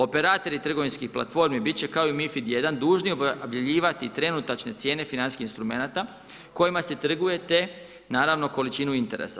Operatori trgovinskih platformi biti će kao i u MiFID I dužni objavljivati trenutačne cijene financijskih instrumenata kojima se trguje te naravno količinu interesa.